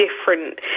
different